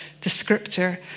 descriptor